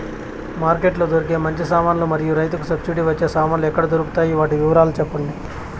Market లో దొరికే మంచి సామాన్లు మరియు రైతుకు సబ్సిడి వచ్చే సామాన్లు ఎక్కడ దొరుకుతాయి? వాటి వివరాలు సెప్పండి?